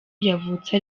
yavutse